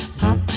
pop